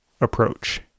approach